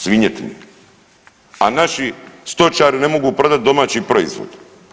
Svinjetine, a naši stočari ne mogu prodati domaći proizvod.